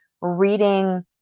reading